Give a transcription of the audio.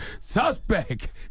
suspect